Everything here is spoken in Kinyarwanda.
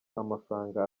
amafranga